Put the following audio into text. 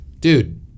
Dude